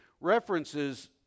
references